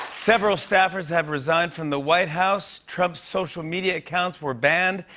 several staffers have resigned from the white house. trump's social media accounts were banned.